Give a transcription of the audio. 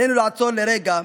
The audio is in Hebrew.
עלינו לעצור לרגע,